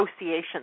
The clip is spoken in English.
associations